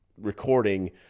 recording